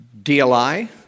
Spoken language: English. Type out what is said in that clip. DLI